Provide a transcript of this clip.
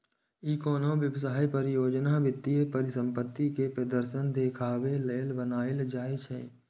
ई कोनो व्यवसाय, परियोजना, वित्तीय परिसंपत्ति के प्रदर्शन देखाबे लेल बनाएल जाइ छै